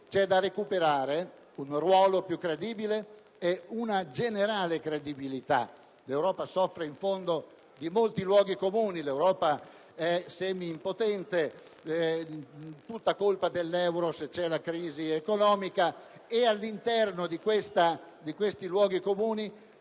allora recuperare un ruolo più credibile e una generale credibilità. L'Europa soffre, in fondo, di molti luoghi comuni: si dice che l'Europa è semi-impotente, che è tutta colpa dell'euro se c'è la crisi economica, e all'interno di questi luoghi comuni